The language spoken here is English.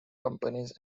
companies